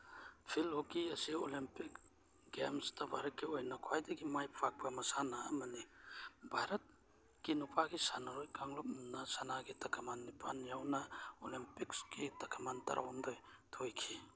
feel hockey ꯑꯁꯤ Olympic ꯒꯦꯝꯁꯇ ꯚꯥꯔꯠꯀꯤ ꯑꯣꯏꯅ ꯈ꯭ꯋꯥꯏꯗꯒꯤ ꯃꯥꯏ ꯄꯥꯛꯄ ꯃꯁꯥꯟꯅ ꯑꯃꯅꯤ ꯚꯥꯔꯠꯀꯤ ꯅꯨꯄꯥꯒꯤ ꯁꯥꯟꯅꯔꯣꯏ ꯀꯥꯡꯂꯨꯞꯅ ꯁꯅꯥꯒꯤ ꯇꯀꯃꯥꯟ ꯅꯤꯄꯥꯜ ꯌꯥꯎꯅ ꯑꯣꯂꯦꯝꯄꯤꯛꯁꯀꯤ ꯇꯀꯃꯥꯟ ꯇꯔꯥꯍꯨꯝꯗꯣꯏ ꯊꯣꯏꯈꯤ